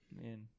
man